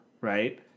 Right